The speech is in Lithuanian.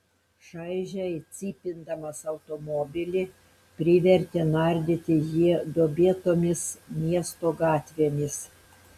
šaižiai cypindamas automobilį privertė nardyti jį duobėtomis miesto gatvėmis